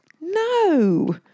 No